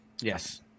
Yes